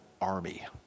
army